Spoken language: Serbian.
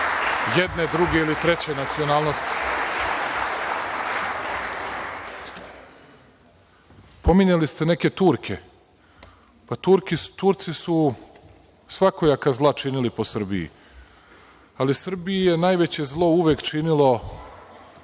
jedne, druge ili treće nacionalnosti. Pominjali ste neke Turke, Turci su svakojaka zla činili po Srbiji, ali Srbiji je najveće zlo uvek činilo